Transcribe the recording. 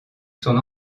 son